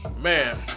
Man